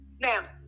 Now